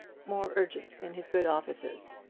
more urgent in his good offices,